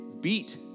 beat